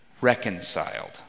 reconciled